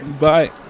Bye